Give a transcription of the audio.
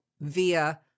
via